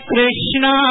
Krishna